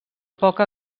poca